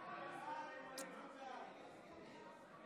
הודעת הממשלה בדבר העברת סמכויות משר